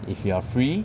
if you are free